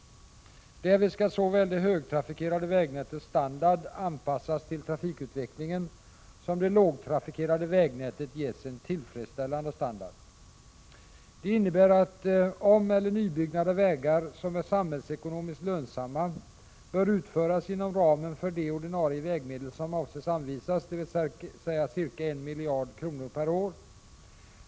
Därvid skall såväl det högtrafikerade vägnätets standard anpassas till trafikutvecklingen som det lågtrafikerade vägnätet ges en tillfredsställande standard. Det innebär att omeller nybyggnad av vägar som är samhällsekonomiskt lönsamma bör utföras inom ramen för de ordinarie vägmedel som avses anvisas, dvs. ca 1 miljard kronor per år.